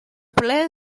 ple